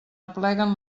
apleguen